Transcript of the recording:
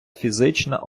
фізична